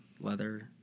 leather